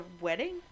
wedding